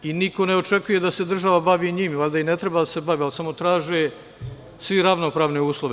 Niko ne očekuje da se država bavi njima, valjda i ne treba da se bavi, ali samo traže svi ravnopravne uslove.